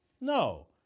No